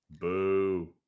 Boo